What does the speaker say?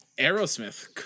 Aerosmith